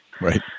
Right